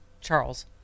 Charles